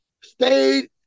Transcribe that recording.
Stayed